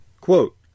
quote